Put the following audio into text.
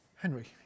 Henry